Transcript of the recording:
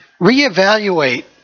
reevaluate